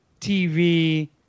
TV